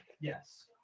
Yes